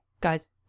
guy's